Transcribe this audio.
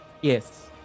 Yes